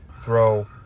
throw